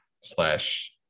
slash